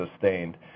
sustained